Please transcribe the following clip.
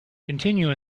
continue